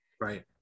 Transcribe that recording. Right